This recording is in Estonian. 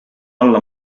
alla